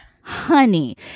honey